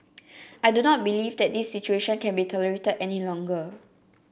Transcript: I do not believe that this situation can be tolerated any longer